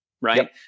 right